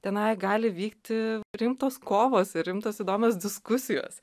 tenai gali vykti rimtos kovos ir rimtos įdomios diskusijos